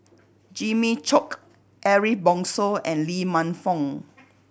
Jimmy Chok Ariff Bongso and Lee Man Fong